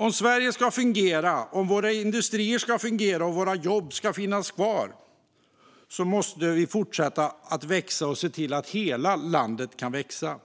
Om Sverige ska fungera, om våra industrier ska fungera och om våra jobb ska finnas kvar måste vi fortsätta att växa och se till att hela landet kan växa.